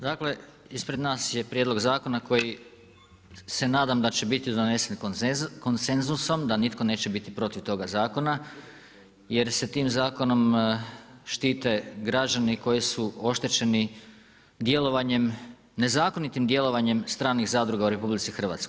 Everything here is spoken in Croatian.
Dakle, ispred nas je prijedlog zakona koji se nadam da će biti donesen konsenzusom, da nitko neće biti protiv toga zakona, jer se tim zakonom štite građani koji su oštećeni djelovanjem, nezakonitim djelovanjem stranih zadruga u RH.